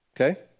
okay